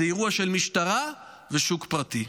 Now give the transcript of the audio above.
זה אירוע של משטרה ושוק פרטי.